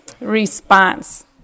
response